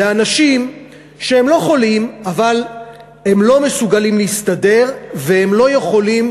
לאנשים שהם לא חולים אבל הם לא מסוגלים להסתדר והם לא יכולים,